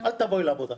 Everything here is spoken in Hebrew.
אל תבואי לעבודה.